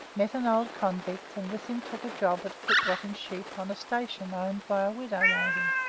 met an old convict, and with him took a job at foot-rotting sheep on a station owned by a widow lady.